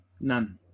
none